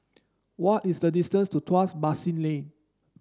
what is the distance to Tuas Basin Lane